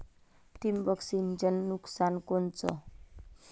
ठिबक सिंचनचं नुकसान कोनचं?